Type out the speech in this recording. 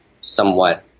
somewhat